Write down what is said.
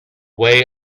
way